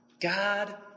God